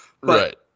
Right